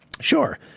sure